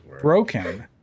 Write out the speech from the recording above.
broken